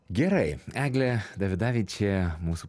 gerai eglė davidavičė mūsų